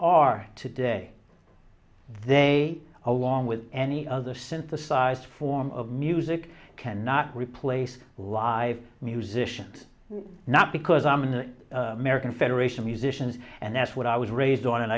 are today they along with any other synthesised form of music cannot replace live musicians not because i'm an american federation of musicians and that's what i was raised